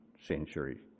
century